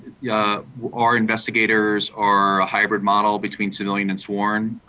yeah our investigators are a hybrid model between civilian and sworn.